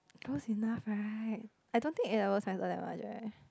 close enough right I don't think A-levels matters that much right